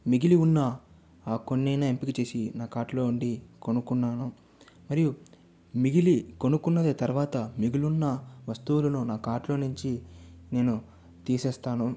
మిగిలి ఉన్న ఆ కొన్నయినా ఎంపిక చేసి నా కార్ట్ లో నుండి కొనుక్కున్నాను మరియు మిగిలి కొనుకున్నది తర్వాత మిగిలి ఉన్న వస్తువులను నా కార్ట్ లో నుంచి నేను తీసేస్తాను